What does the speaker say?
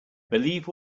believe